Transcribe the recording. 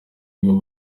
y’ubu